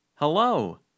Hello